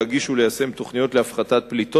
להגיש וליישם תוכניות להפחתת הפליטה